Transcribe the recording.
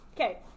Okay